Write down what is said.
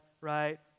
right